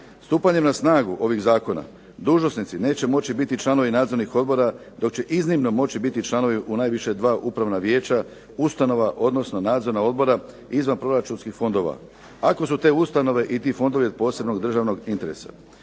Stupanjem na snagu ovih Zakona, dužnosnici neće moći biti članovi nadzornih odbora dok će iznimno moći biti članovi u najviše dva upravna vijeća, ustanova odnosno nadzorna odbora izvanproračunskih fondova. Ako su te ustanove i ti fondovi od posebnog državnog interesa.